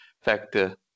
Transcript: factor